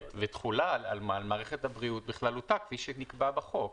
ותחולה על מערכת הבריאות בכללותה כפי שנקבע בחוק.